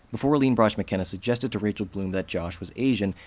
before aline brosh mckenna suggested to rachel bloom that josh was asian,